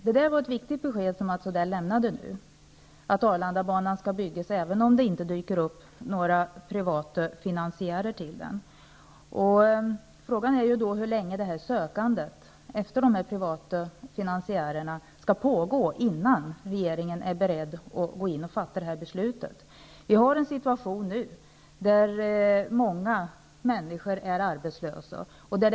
Herr talman! Mats Odell lämnade ett viktigt besked, dvs. att Arlandabanan skall byggas även om det inte dyker upp några privata finansiärer. Frågan är hur länge sökandet efter de privata finansiärerna skall pågå innan regeringen är beredd att gå in och fatta beslutet. Vi har en situation nu med många arbetslösa människor.